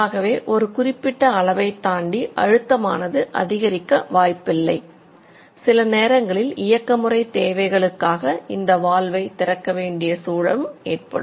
ஆகவே ஒரு குறிப்பிட்ட அளவைத் தாண்டி அழுத்தமானது திறக்க வேண்டிய சூழல் ஏற்படும்